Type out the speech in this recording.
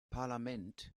parlament